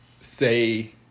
say